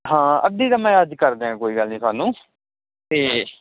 ਹਾਂ ਅੱਧੀ ਤਾਂ ਮੈਂ ਅੱਜ ਕਰ ਦਿਆਂ ਕੋਈ ਗੱਲ ਨੀ ਤੁਹਾਨੂੰ ਤੇ